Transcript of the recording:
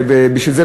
זה בולט מאוד,